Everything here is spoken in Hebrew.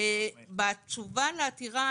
בתשובה לעתירה,